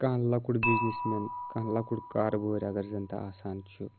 کانٛہہ لَکُٹ بِزنٮ۪س مین کانٛہہ لَکُٹ کاربٲرۍ اگر زَن تہِ آسان چھُ